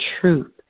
truth